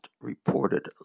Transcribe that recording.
reported